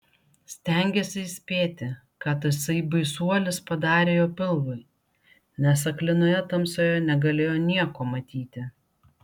stengėsi įspėti ką tasai baisuolis padarė jo pilvui nes aklinoje tamsoje negalėjo nieko matyti